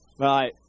Right